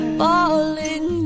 falling